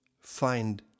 find